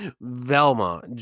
Velma